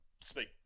speak